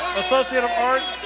associate of arts,